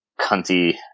cunty